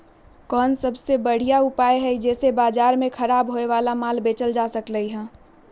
कोन सबसे बढ़िया उपाय हई जे से बाजार में खराब होये वाला माल बेचल जा सकली ह?